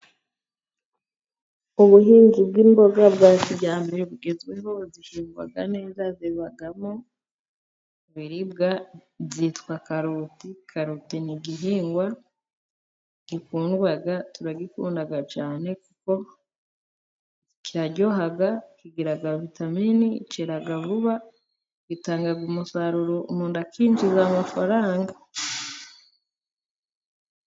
Ubuhinzi bw'imboga bwa kijyambere bugezweho, zihingwa neza, zibamo ibiribwa byitwa karoti. Karoti ni igihingwa gikundwa, turagikunda cyane, kuko kiraryoha, kigira vitamini, cyera vuba, bitanga umusaruro umuntu akinjiza amafaranga.